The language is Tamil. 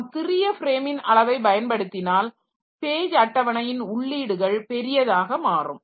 நாம் சிறிய ஃப்ரேமின் அளவை பயன்படுத்தினால் பேஜ் அட்டவணையின் உள்ளீடுகள் பெரியதாக மாறும்